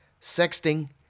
sexting